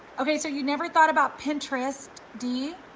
okay, so you never thought about pinterest, dee?